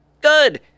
Good